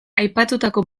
aipatutako